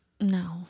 No